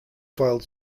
filed